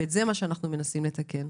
וזה מה שאנחנו מנסים לתקן.